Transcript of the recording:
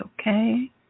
okay